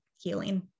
healing